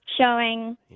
showing